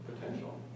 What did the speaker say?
potential